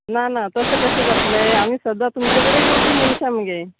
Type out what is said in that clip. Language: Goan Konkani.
ना ना तशें कशें जातलें आमी सद्दां तुमचे कडेन येवपी मनशां मगे